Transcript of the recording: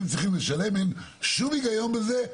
אין שום היגיון בזה,